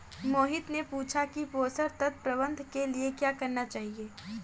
मोहित ने पूछा कि पोषण तत्व प्रबंधन के लिए क्या करना चाहिए?